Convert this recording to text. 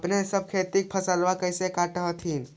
अपने सब खेती के फसलबा कैसे काट हखिन?